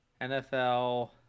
NFL